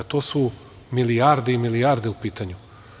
To su milijarde i milijarde u pitanju.